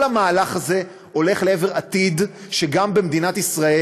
כל המהלך הזה הולך לעבר עתיד שגם במדינת ישראל